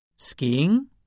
Skiing